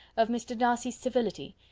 of mr. darcy's civility,